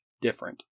different